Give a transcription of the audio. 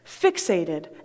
fixated